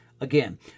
again